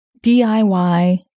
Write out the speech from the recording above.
DIY